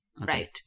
right